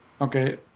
okay